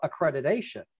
accreditation